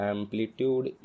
Amplitude